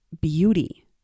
beauty